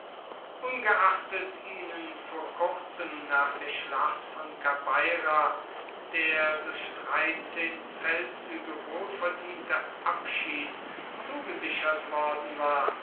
ungeachtet ihnen vor kurzem nach der schlacht von kabeira der durch dreizehn feldzüge wohlverdiente abschied zugesichert worden war